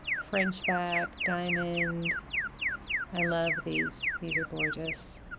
french back diamond i love these these are gorgeous